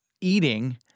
eating